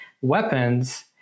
weapons